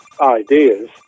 ideas